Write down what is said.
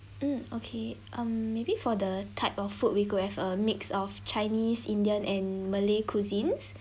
mm okay um maybe for the type of food we could have a mix of chinese indian and malay cuisines